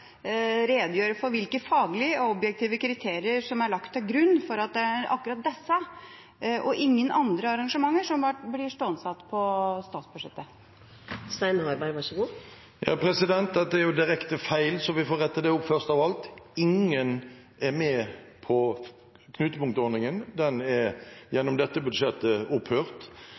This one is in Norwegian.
redegjøre for hvilke faglige og objektive kriterier som er lagt til grunn for at akkurat disse og ingen andre arrangementer blir stående igjen på statsbudsjettet. Dette er jo direkte feil, så vi får rette det opp først av alt. Ingen er med i knutepunktordningen. Den er